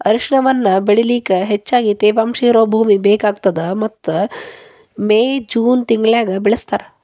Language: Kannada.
ಅರಿಶಿಣವನ್ನ ಬೆಳಿಲಿಕ ಹೆಚ್ಚಗಿ ತೇವಾಂಶ ಇರೋ ಭೂಮಿ ಬೇಕಾಗತದ ಮತ್ತ ಮೇ, ಜೂನ್ ತಿಂಗಳನ್ಯಾಗ ಬೆಳಿಸ್ತಾರ